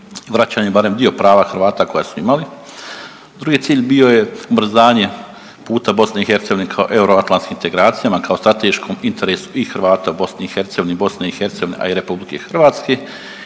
vraćanje barem dio prava Hrvata koja su imali. Drugi cilj bio je ubrzanje puta BiH ka euroatlanskim integracijama kao strateškom interesu i Hrvata u BiH, BiH a i RH. I treći